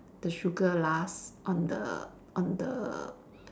the sugar last on the on the